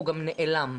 הוא נעלם.